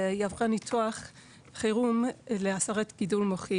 היא עברה ניתוח חירום להסרת גידול מוחי